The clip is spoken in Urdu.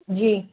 جی